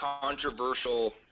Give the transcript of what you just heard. controversial